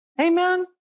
Amen